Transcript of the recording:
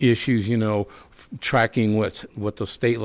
issues you know tracking what's what the state